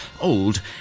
Old